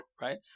Right